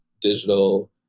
digital